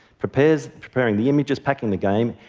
preparing preparing the images, packing the game.